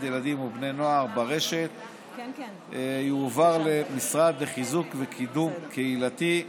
ילדים ובני נוער ברשת יועבר למשרד לחיזוק וקידום קהילתי.